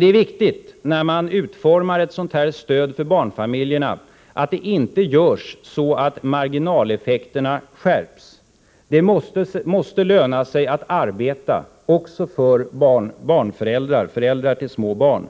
Det är viktigt när man utformar ett sådant stöd för barnfamiljerna att det inte görs så att marginaleffekterna skärps. Det måste löna sig att arbeta också för föräldrar till små barn.